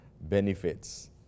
benefits